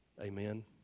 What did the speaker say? Amen